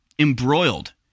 Embroiled